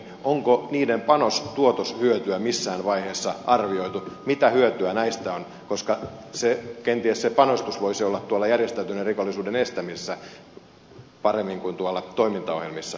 onko niiden panostuotos hyötyä missään vaiheessa arvioitu mitä hyötyä näistä on koska kenties se panostus voisi olla tuolla järjestäytyneen rikollisuuden estämisessä paremmin kuin noissa toimintaohjelmissa